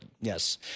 yes